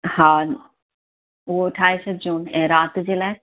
हा उहो ठाहे छॾिजोनि ऐं राति जे लाइ